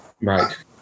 Right